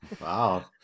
Wow